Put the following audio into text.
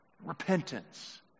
Repentance